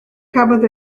cafodd